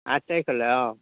আঠ তাৰিখলৈ অঁ